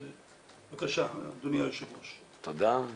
תודה.